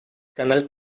canal